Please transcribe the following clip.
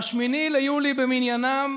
ב-8 ביולי למניינם,